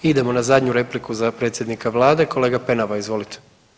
Idemo na zadnju repliku za predsjednika Vlade kolega Penava, izvolite.